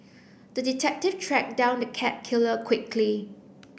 the detective tracked down the cat killer quickly